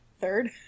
third